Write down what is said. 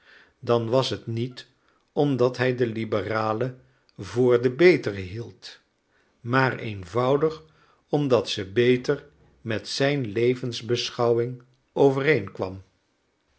dan was het niet omdat hij de liberale voor de betere hield maar eenvoudig omdat ze beter met zijn levensbeschouwing